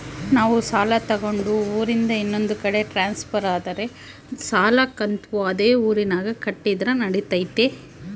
ನಾವು ಸಾಲ ತಗೊಂಡು ಊರಿಂದ ಇನ್ನೊಂದು ಕಡೆ ಟ್ರಾನ್ಸ್ಫರ್ ಆದರೆ ಸಾಲ ಕಂತು ಅದೇ ಊರಿನಾಗ ಕಟ್ಟಿದ್ರ ನಡಿತೈತಿ?